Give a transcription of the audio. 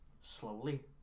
slowly